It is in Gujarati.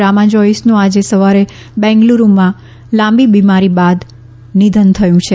રામા જોઇસનું આજે સવારે બેંગલુરૂમાં લાંબી બીમારી બાદ નિધન થયું છે